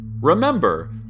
Remember